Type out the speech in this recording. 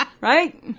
right